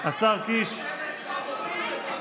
השר קיש, בבקשה.